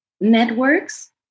networks